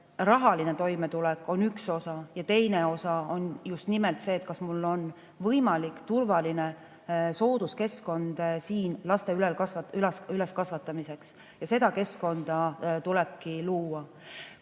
rahaline toimetulek on üks osa, aga teine osa on just nimelt see, kas mul on turvaline, soodus keskkond siin last üles kasvatada. Seda keskkonda tulebki luua. Kui